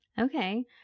Okay